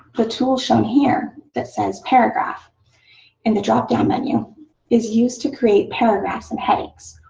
the tool shown here that says paragraph in the drop-down menu is used to create paragraphs and headings,